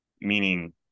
Meaning